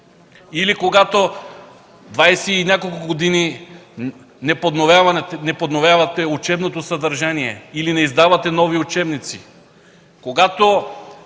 или когато 20 и повече години не подновявате учебното съдържание, или не издавате нови учебници,